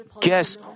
guess